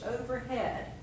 overhead